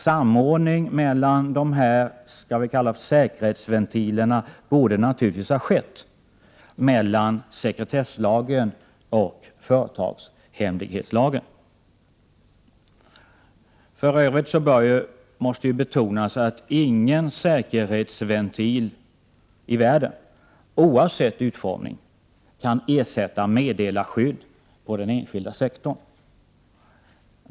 Samordning mellan dessa säkerhetsventiler borde naturligtvis ske, dvs. mellan sekretesslagen och företagshemlighetslagen. För övrigt måste betonas att ingen säkerhetsventil i världen, oavsett utformning, kan ersätta meddelarskydd på den enskilda sektorn.